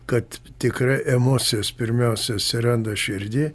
kad tikra emocijos pirmiausia atsiranda širdy